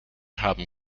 haben